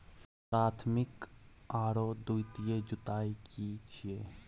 प्राथमिक आरो द्वितीयक जुताई की छिये?